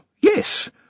yes